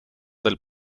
del